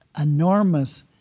enormous